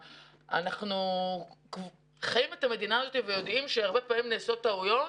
אנחנו חיים את המדינה הזאת ויודעים שהרבה פעמים נעשות טעויות,